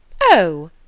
Oh